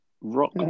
rock